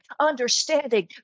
Understanding